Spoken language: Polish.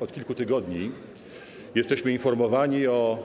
Od kilku tygodni jesteśmy informowani o